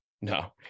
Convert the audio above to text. no